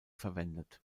verwendet